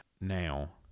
now